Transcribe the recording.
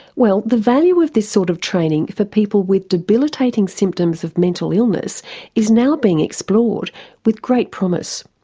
well, the value of this sort of training for people with debilitating symptoms of mental illness is now being explored with great promise.